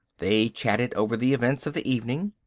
they chatted over the events of the evening.